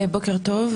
בוקר טוב,